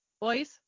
boys